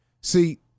See